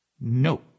No